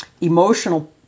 emotional